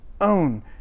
own